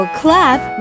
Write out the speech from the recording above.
clap